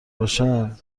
باشن